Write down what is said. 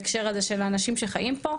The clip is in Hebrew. בהקשר הזה של האנשים שחיים פה.